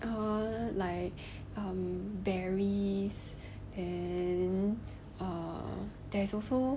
err like um berries then err there's also